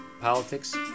politics